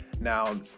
Now